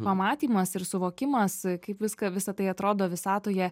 pamatymas ir suvokimas kaip viską visa tai atrodo visatoje